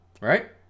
Right